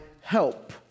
help